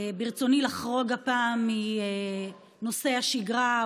ברצוני לחרוג הפעם מנושאי השגרה,